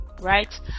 right